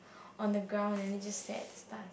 on the ground and then we just stare at the stars